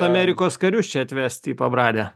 amerikos karius čia atvesti į pabradę